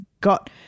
got